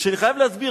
וכשאני חייב להסביר,